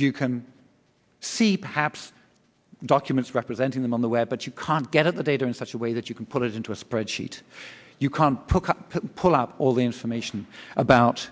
you can see perhaps documents representing them on the web but you can't gather the data in such a way that you can put it into a spreadsheet you can't pull out all the information about